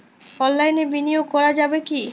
অনলাইনে বিনিয়োগ করা যাবে কি?